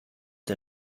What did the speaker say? der